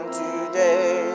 today